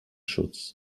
schutz